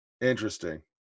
Interesting